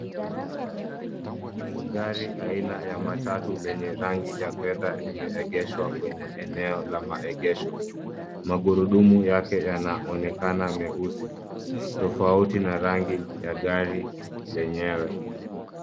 Gari aina ya matatu lenye rangi ya fedha limeegeshwa kwenye eneo la maegesho. Magurudumu yake yanaonekana meusi. Tofauti na rangi ya gari lenyewe.